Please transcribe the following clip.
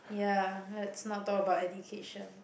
ya let's not talk about education